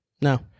No